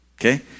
Okay